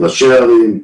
ראשי ערים,